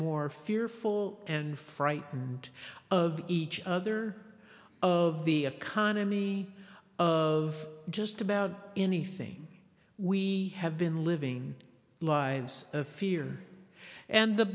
more fearful and frightened of each other of the economy of just about anything we have been living lives of fear and the